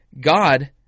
God